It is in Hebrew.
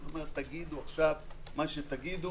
תגידו מה שתגידו